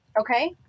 Okay